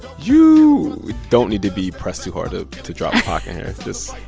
you don't need to be pressed too hard ah to drop pac in here, just,